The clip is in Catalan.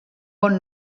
bon